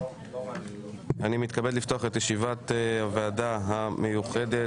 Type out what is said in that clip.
אני מתכבד לפתוח את ישיבת הוועדה המיוחדת.